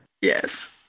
Yes